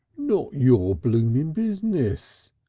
not your blooming business,